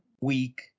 week